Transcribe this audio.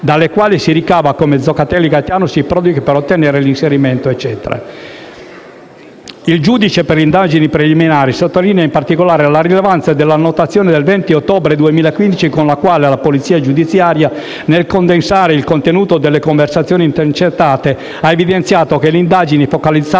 dalle quali si ricava come Zoccatelli Gaetano si prodighi per ottenere l'inserimento del CEV nell'elenco dei 35 soggetti aggregatori. Il giudice per le indagini preliminari sottolinea in particolare la rilevanza dell'annotazione del 20 ottobre 2015, con la quale la polizia giudiziaria, nel condensare il contenuto delle conversazioni intercettate, ha evidenziato che «le indagini focalizzate